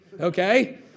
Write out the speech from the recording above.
okay